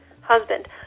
Husband